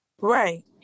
Right